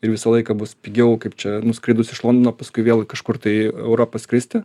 ir visą laiką bus pigiau kaip čia nuskridus iš londono paskui vėl kažkur tai į europą skristi